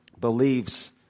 believes